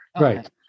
Right